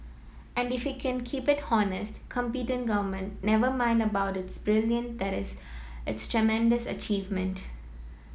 and if we can keep it honest competent government never mind about its brilliant that is a tremendous achievement